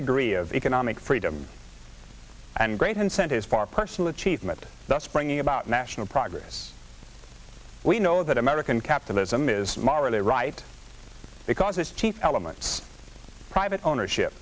degree of economic freedom and great incentives for personal thus bringing about national progress we know that american capitalism is morally right because it's cheap elements of private ownership